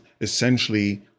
essentially